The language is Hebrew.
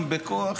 אם בכוח,